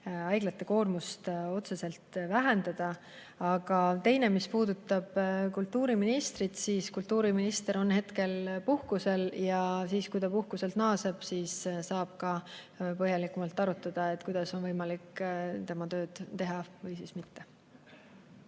haiglate koormust otseselt vähendada. Teiseks, mis puutub kultuuriministrisse, siis kultuuriminister on hetkel puhkusel ja kui ta puhkuselt naaseb, siis saab ka põhjalikumalt arutada, kuidas on võimalik tema tööd teha ja kas üldse